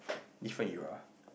different era